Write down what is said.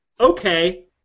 okay